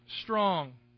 strong